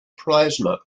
plasma